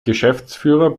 geschäftsführer